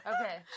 Okay